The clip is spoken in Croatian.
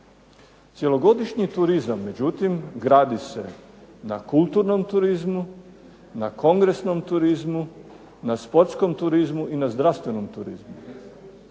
Cjelogodišnji turizam gradi se na kulturnom turizmu, na kongresnom turizmu, na sportskom turizmu i na zdravstvenom turizmu,